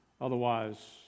Otherwise